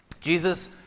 Jesus